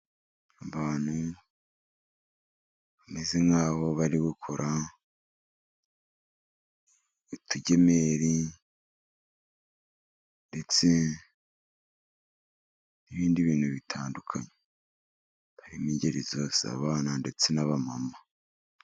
Abantu bameze nk'aho bari gukora utugemeri ndetse n'ibindi bintu bitandukanye. Bakaba barimo ingeri zose, abana ndetse n'abamama.